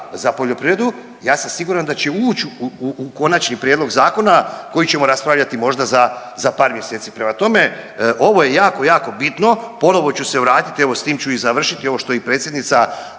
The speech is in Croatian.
za poljoprivredu ja sam siguran da će ući u konačni prijedlog zakona koji ćemo raspravljati možda za par mjeseci. Prema tome, ovo je jako, jako bitno. Ponovno ću se vratiti, evo s tim ću i završiti ovo što i predsjednica